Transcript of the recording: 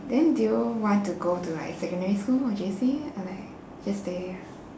then do you want to go to like secondary school or J_C or like just stay here